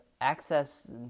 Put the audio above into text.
Access